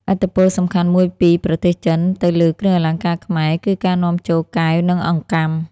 ឥទ្ធិពលសំខាន់មួយពីប្រទេសចិនទៅលើគ្រឿងអលង្ការខ្មែរ គឺការនាំចូលកែវ និងអង្កាំ។